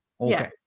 Okay